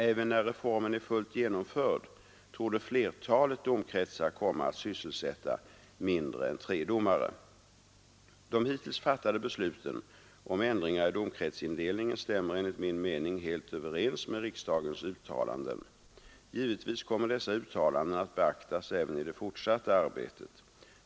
Även när reformen är fullt genomförd torde flertalet domkretsar komma att sysselsätta mindre än tre domare. De hittills fattade besluten om ändringar i domkretsindelningen stämmer enligt min mening helt överens med riksdagens uttalanden. Givetvis kommer dessa uttalanden att beaktas även i det fortsatta arbetet.